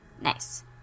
nice